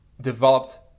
developed